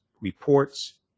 reports